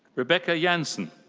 rebecca janssen.